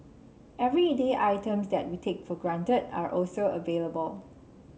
everyday items that we take for granted are also available